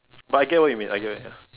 but I get what you mean I get what ya